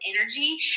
energy